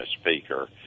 Speaker